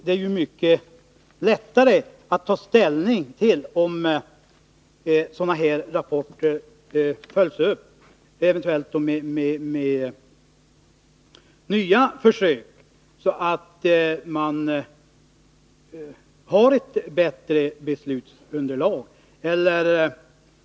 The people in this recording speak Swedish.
Det är ju mycket lättare att ta ställning om rapporter följs upp, eventuellt med nya försök, så att beslutsunderlaget blir bättre.